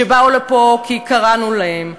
שבאו לפה כי קראנו להם,